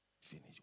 Finish